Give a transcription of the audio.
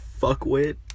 Fuckwit